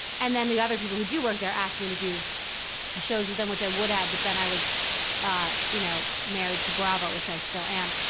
and then the other people who do work there asked me to do shows with them which i would have but then i was you know, married to bravo, which i still am.